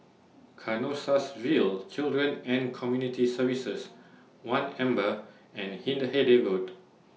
Canossaville Children and Community Services one Amber and Hindhede Road